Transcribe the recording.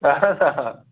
اَہَن حظ آ